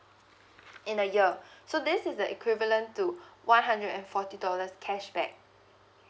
in a year so this is the equivalent to one hundred and forty dollars cashback